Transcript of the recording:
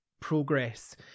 progress